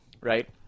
right